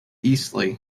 eastleigh